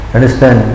Understand